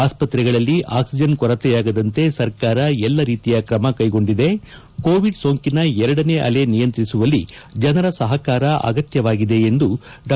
ಆಸ್ಪತ್ರೆಗಳಲ್ಲಿ ಆಕ್ಲಿಜನ್ ಕೊರತೆಯಾಗದಂತೆ ಸರ್ಕಾರ ಎಲ್ಲ ರೀತಿಯ ಕ್ರಮ ಕೈಗೊಂಡಿದೆ ಕೋವಿಡ್ ಸೋಂಕಿನ ಎರಡನೇ ಅಲೆ ನಿಯಂತ್ರಿಸುವಲ್ಲಿ ಜನರ ಸಹಕಾರ ಅಗತ್ಯವಾಗಿದೆ ಎಂದು ಡಾ